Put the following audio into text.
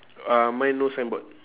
uh mine no signboard